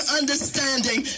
understanding